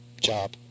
job